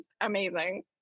amazing